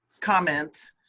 comments.